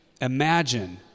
Imagine